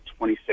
26